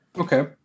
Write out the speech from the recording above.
Okay